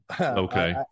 Okay